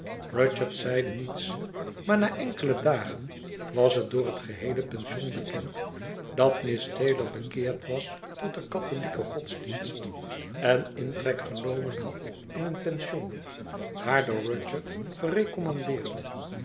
rudyard zeide niets maar na enkele dagen was het door het geheele pension bekend dat miss taylor bekeerd was tot de katholieke godsdienst en intrek genomen had in een pension haar door